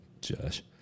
Josh